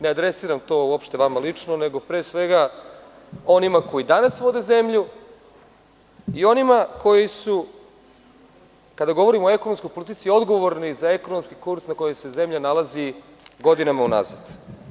Ne adresiram to uopšte vama lično nego pre svega onima koji danas vode zemlju i onima koji su, kada govorim o ekonomskoj politici, odgovorni za ekonomski kurs na kojem se zemlja nalazi godinama unazad.